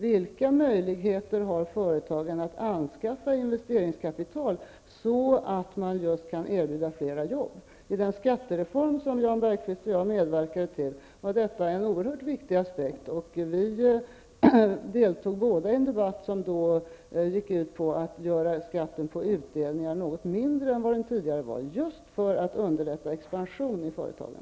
Vilka möjligheter har företagen att anskaffa investeringskapital så att de kan erbjuda fler jobb? I den skattereform som Jan Bergqvist och jag medverkade till var detta en oerhört viktig aspekt. Och vi båda deltog i en debatt, som gick ut på att skatten på utdelningar skulle göras något mindre än den tidigare var just för att underlätta expansion i företagen.